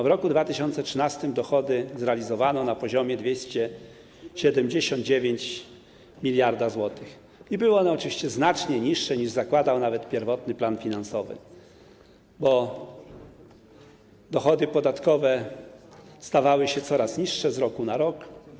W roku 2013 dochody zrealizowano na poziomie 279 mld zł i były one oczywiście znacznie niższe nawet w stosunku do pierwotnego planu finansowego, bo dochody podatkowe stawały się coraz niższe z roku na rok.